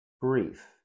Brief